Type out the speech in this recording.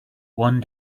one